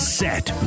set